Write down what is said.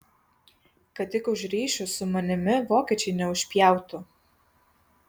kad tik už ryšius su manimi vokiečiai neužpjautų